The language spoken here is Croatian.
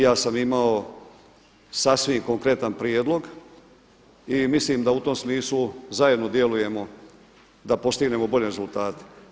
Ja sam imao sasvim konkretan prijedlog i mislim da u tom smislu zajedno djelujemo da postignemo bolje rezultate.